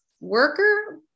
worker